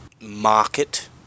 market